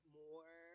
more